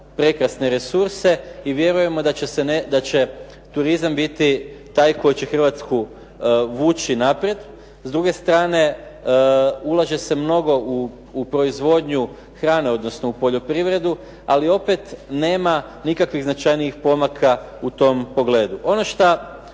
prekrasne resurse i vjerujemo da će turizam biti taj koji će Hrvatsku vući naprijed. S druge strane, ulaže se mnogo u proizvodnju hrane, odnosno u poljoprivredu, ali opet nema nikakvih značajnijih pomaka u tom pogledu.